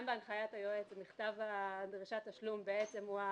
גם בהנחיית היועץ מכתב דרישת תשלום הוא מכתב